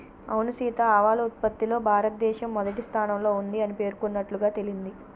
అవును సీత ఆవాల ఉత్పత్తిలో భారతదేశం మొదటి స్థానంలో ఉంది అని పేర్కొన్నట్లుగా తెలింది